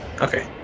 okay